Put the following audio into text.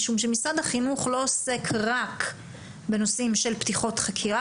משום שמשרד החינוך לא עוסק רק בנושאים של פתיחות חקירה.